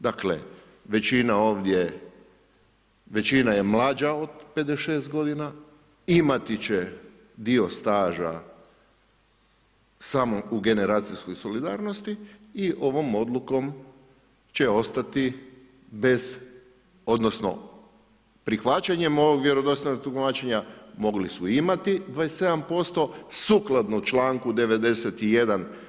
Dakle, većina ovdje, većina je mlađa od 56 godina, imati će dio staža samo u generacijskoj solidarnosti i ovom odlukom će ostati bez odnosno prihvaćanjem ovog vjerodostojnog tumačenja mogli su imati 27% sukladno čl. 91.